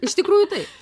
iš tikrųjų taip